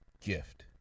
gift